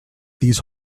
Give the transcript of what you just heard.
these